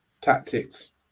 tactics